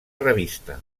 revista